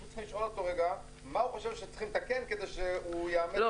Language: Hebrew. צריך לשאול אותו מה הוא חושב שצריכים לתקן כדי שהוא -- לא,